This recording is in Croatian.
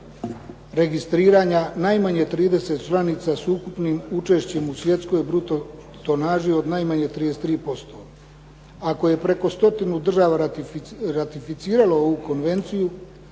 registriranja najmanje 30 članica s ukupnim učešćem u svjetskoj bruto tonaži od najmanje 33%. Ako je preko stotinu država ratificiralo ovu konvenciju